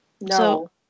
No